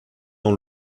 dans